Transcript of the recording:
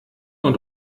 und